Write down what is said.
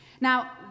Now